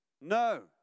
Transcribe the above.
No